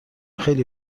خیلی